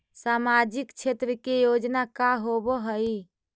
सामाजिक क्षेत्र के योजना का होव हइ?